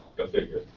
go figure.